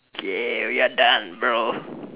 okay we are done bro